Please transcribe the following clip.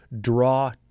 draw